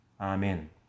amen